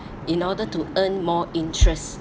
in order to earn more interest